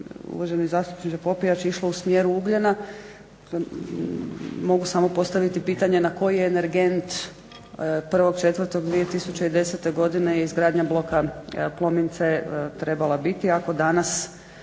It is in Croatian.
uvaženi zastupniče Popijač išlo u smjeru ugljena mogu samo postaviti pitanje na koji energent 1.04.2010. godine je izgradnja bloka C Plomina trebala biti ako danas